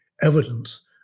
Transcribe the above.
evidence